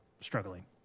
struggling